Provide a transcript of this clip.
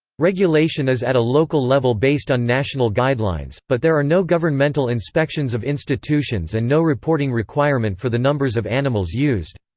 regulation is at a local level based on national guidelines, but there are no governmental inspections of institutions and no reporting requirement for the numbers of animals used.